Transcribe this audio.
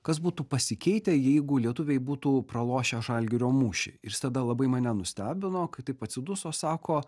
kas būtų pasikeitę jeigu lietuviai būtų pralošę žalgirio mūšį ir jis tada labai mane nustebino kai taip atsiduso sako